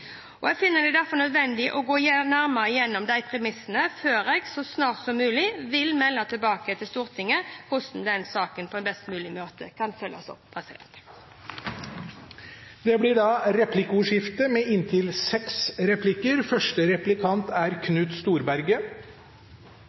Jeg finner det derfor nødvendig å gå nærmere igjennom de premissene før jeg – så snart som mulig – vil melde tilbake til Stortinget hvordan den saken på best mulig måte kan følges opp. Det blir replikkordskifte. Det var et litt underlig innlegg, det må jeg med